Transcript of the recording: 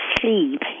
sleep